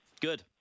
Good